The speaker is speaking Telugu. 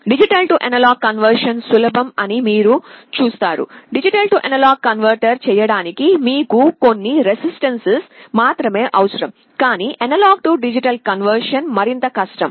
D A కన్వర్షన్ సులభం అని మీరు చూస్తారు D A కన్వర్టర్ చేయడానికి మీకు కొన్ని రెసిస్టన్స్స్ మాత్రమే అవసరం కానీ A D కన్వర్షన్ మరింత కష్టం